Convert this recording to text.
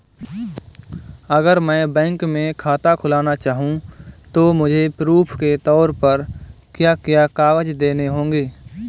अगर मैं बैंक में खाता खुलाना चाहूं तो मुझे प्रूफ़ के तौर पर क्या क्या कागज़ देने होंगे?